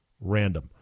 random